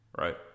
right